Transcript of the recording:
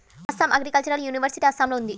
Assam agricultural university అస్సాంలో ఉంది